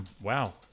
Wow